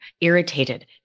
irritated